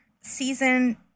Season